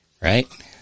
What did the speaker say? Right